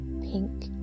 pink